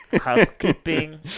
Housekeeping